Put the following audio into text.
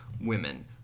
women